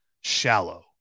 shallow